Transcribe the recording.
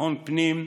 ביטחון פנים,